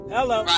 Hello